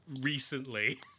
recently